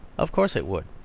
of course it would.